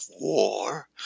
war